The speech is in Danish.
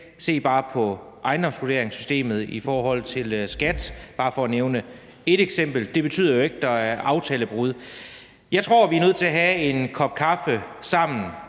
Se bare på ejendomsvurderingssystemet i forhold til skat – bare for at nævne et eksempel. Det betyder jo ikke, at der er aftalebrud. Jeg tror, at vi er nødt til at tage en kop kaffe sammen,